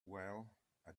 well—i